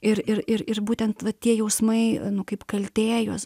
ir ir ir ir būtent va tie jausmai kaip kaltė juos